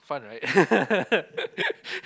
fun right